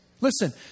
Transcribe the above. listen